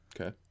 Okay